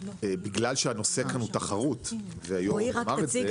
בגלל שהנושא כאן הוא תחרות, והיו"ר אמר את זה,